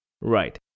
Right